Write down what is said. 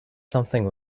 something